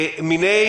מיני